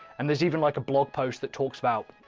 and there's even like a blog post that talks about,